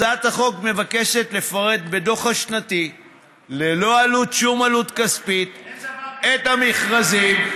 הצעת החוק מבקשת לפרט בדוח השנתי ללא שום עלות כספית את המכרזים.